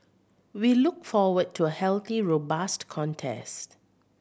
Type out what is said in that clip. we look forward to a healthy robust contest